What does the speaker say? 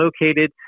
located